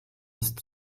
ist